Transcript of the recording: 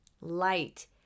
light